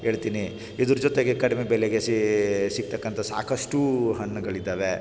ಹೇಳ್ತೀನಿ ಇದ್ರ ಜೊತೆಗೆ ಕಡಿಮೆ ಬೆಲೆಗೆ ಸಿಗ್ತಕ್ಕಂಥ ಸಾಕಷ್ಟು ಹಣ್ಣುಗಳಿದ್ದಾವೆ